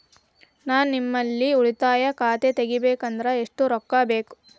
ನಾ ನಿಮ್ಮಲ್ಲಿ ಉಳಿತಾಯ ಖಾತೆ ತೆಗಿಬೇಕಂದ್ರ ಎಷ್ಟು ರೊಕ್ಕ ಬೇಕು?